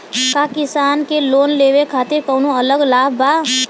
का किसान के लोन लेवे खातिर कौनो अलग लाभ बा?